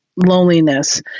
loneliness